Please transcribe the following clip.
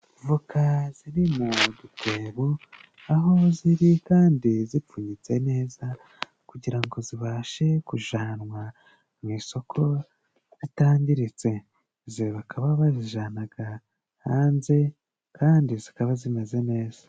Avoka ziri mu gitebo. Aho ziri Kandi zipfunyitse neza kugira ngo zibashwe kujyanwa ku isoko zitangiritse. Izo bakaba bazijyana hanze Kandi zikaba zimeze neza.